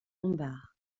lombards